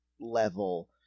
level